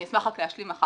אני אשמח להשלים מספר